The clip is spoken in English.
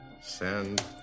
Send